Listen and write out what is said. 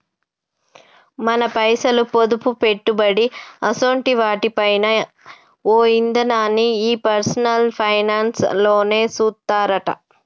మన పైసలు, పొదుపు, పెట్టుబడి అసోంటి వాటి పైన ఓ ఇదనాన్ని ఈ పర్సనల్ ఫైనాన్స్ లోనే సూత్తరట